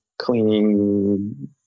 cleaning